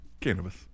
Cannabis